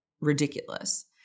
ridiculous